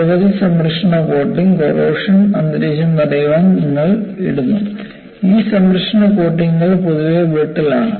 നിരവധി സംരക്ഷണ coating corrosion അന്തരീക്ഷം തടയാൻ നിങ്ങൾ ഇടുന്നു ഈ സംരക്ഷണ കോട്ടിംഗുകൾ പൊതുവെ ബ്രിട്ടിൽ ആണ്